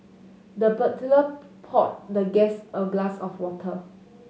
the butler poured the guest a glass of water